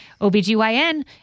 OBGYN